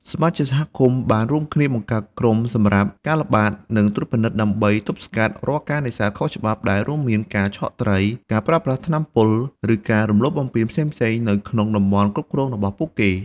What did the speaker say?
សមាជិកសហគមន៍បានរួមគ្នាបង្កើតក្រុមសម្រាប់ ការល្បាត និងត្រួតពិនិត្យ ដើម្បីទប់ស្កាត់រាល់ការនេសាទខុសច្បាប់ ដែលរួមមានការឆក់ត្រី ការប្រើប្រាស់ថ្នាំពុល ឬការរំលោភបំពានផ្សេងៗនៅក្នុងតំបន់គ្រប់គ្រងរបស់ពួកគេ។